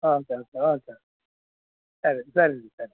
ಹಾಂ ಹಾಂ ಸರಿ ಸರಿ ರಿ ಸರಿ